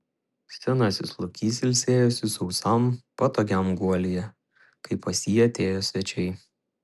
senasis lokys ilsėjosi sausam patogiam guolyje kai pas jį atėjo svečiai